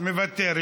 מוותר.